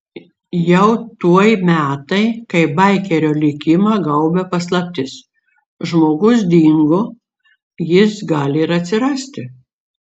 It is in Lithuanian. jau tuoj metai kai baikerio likimą gaubia paslaptis žmogus dingo jis gali ir atsirasti